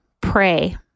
pray